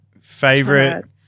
Favorite